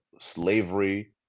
slavery